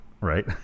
right